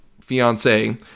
fiance